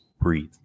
breathe